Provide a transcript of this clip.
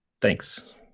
Thanks